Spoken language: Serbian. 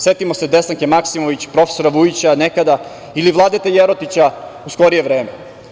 Setimo se Desanke Maksimović, profesora Vujića nekada ili Vladete Jerotića u skorije vreme.